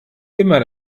immer